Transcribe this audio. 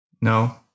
No